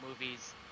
movies